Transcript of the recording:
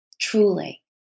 Truly